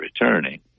returning